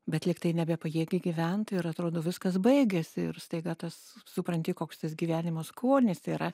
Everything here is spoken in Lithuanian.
bet lyg tai nebepajėgi gyvent ir atrodo viskas baigiasi ir staiga tas supranti koks tas gyvenimo skonis yra